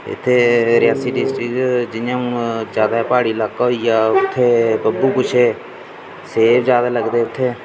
इत्थै रियासी डिस्ट्रिक च जि'यां हून जैदा पहाड़ी लाका होई गेआ उत्थै बगुगोशे सेब जैदा लगदे उत्थै